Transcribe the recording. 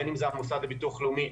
בין אם המוסד לביטוח לאומי,